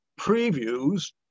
previews